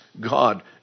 God